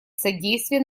содействия